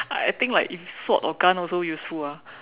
I think like if sword or gun also useful ah